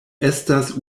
estas